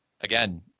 again